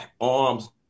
arms